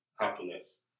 happiness